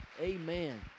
Amen